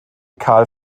karl